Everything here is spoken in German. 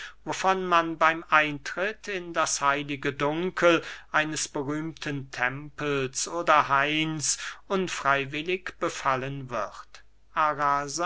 wovon man beym eintritt in das heilige dunkel eines berühmten tempels oder hains unfreywillig befallen wird